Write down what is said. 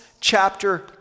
chapter